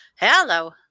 hello